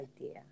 idea